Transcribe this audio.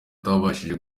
atabashije